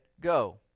Go